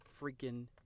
freaking